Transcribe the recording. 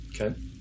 Okay